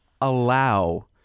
allow